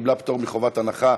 קיבלה פטור מחובת הנחה.